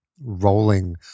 rolling